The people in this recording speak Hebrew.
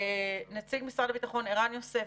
נציג משרד הביטחון ערן יוסף,